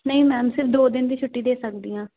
ਨਹੀਂ ਮੈਮ ਸਿਰਫ ਦੋ ਦਿਨ ਦੀ ਛੁੱਟੀ ਦੇ ਸਕਦੀ ਹਾਂ